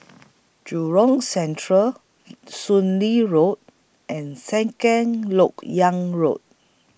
Jurong Central Soon Lee Road and Second Lok Yang Road